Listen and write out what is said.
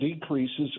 decreases